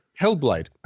Hellblade